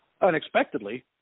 unexpectedly